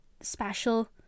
special